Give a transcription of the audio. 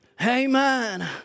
Amen